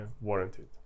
warranted